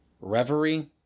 reverie